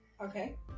Okay